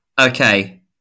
Okay